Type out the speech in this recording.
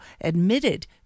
admitted